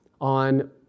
on